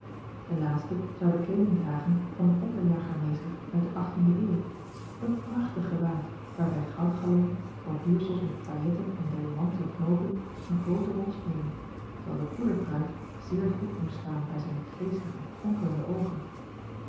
de laatste zou de kleeding dragen van een opperjagermeester de uit de achttiende eeuw een prachtig gewaad waarbij goudgalon borduursel met pailletten en diamanten knoopen eene groote rol spelen terwijl de poederpruik zeer goed moest staan bij zijne geestige fonkelende oogen